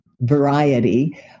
variety